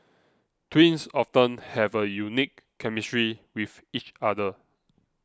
twins often have a unique chemistry with each other